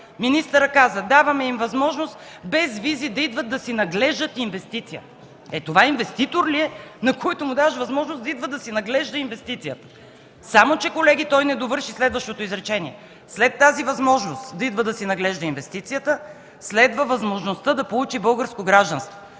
Министърът каза: „Даваме им възможност без визи да идват да си наглеждат инвестицията”. Това инвеститор ли е, на когото му даваш възможност да идва да си наглежда инвестицията? Само че, колеги, той не довърши следващото изречение – след тази възможност да идва да си наглежда инвестицията следва възможността да получи българско гражданство.